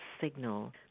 signal